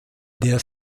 der